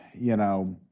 you know,